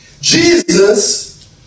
Jesus